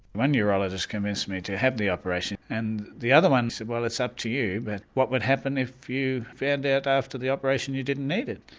one urologist convinced me to have the operation. and the other one said well it's up to you, but what would happen if you found out after the operation you didn't need it?